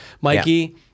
Mikey